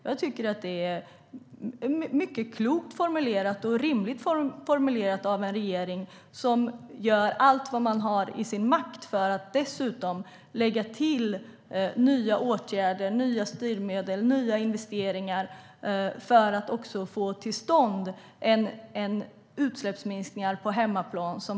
Jag tycker att det är klokt och rimligt formulerat av en regering som gör allt som står i dess makt för att dessutom lägga till nya åtgärder, styrmedel och investeringar för att också få till stånd utsläppsminskningar på hemmaplan.